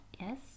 Yes